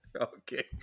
Okay